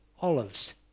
olives